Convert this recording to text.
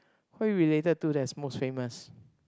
who are you related to that's most famous